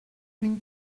une